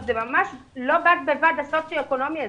שזה ממש לא בד בבד כל הסוציו-אקונומי הזה.